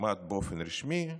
כמעט באופן רשמי,